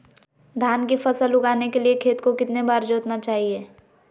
धान की फसल उगाने के लिए खेत को कितने बार जोतना चाइए?